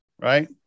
right